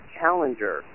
Challenger